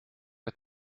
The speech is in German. der